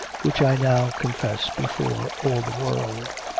which i now confess before all the world.